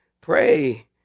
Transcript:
pray